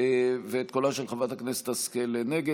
ואת קולה של חברת הכנסת השכל נגד?